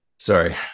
Sorry